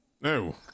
No